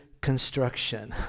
construction